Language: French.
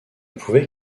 pouvait